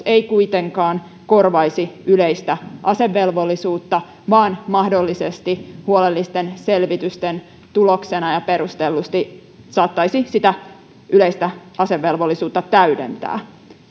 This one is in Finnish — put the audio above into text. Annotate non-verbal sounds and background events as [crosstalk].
[unintelligible] ei kuitenkaan korvaisi yleistä asevelvollisuutta vaan mahdollisesti huolellisten selvitysten tuloksena ja perustellusti saattaisi sitä yleistä asevelvollisuutta täydentää